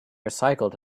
recycled